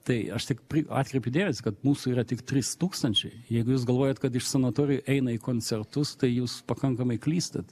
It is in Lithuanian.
tai aš tik atkreipiu dėmesį kad mūsų yra tik trys tūkstančiai jeigu jūs galvojat kad iš sanatorijų eina į koncertus tai jūs pakankamai klystat